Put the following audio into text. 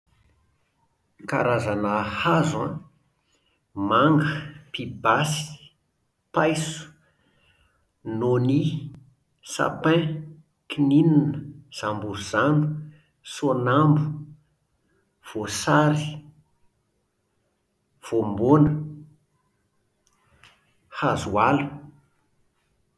Ny karazana hazo an: manga, pibasy, paiso, noni, sapin, kininina, zamborizano, soanambo, voasary, voamboana, hazoala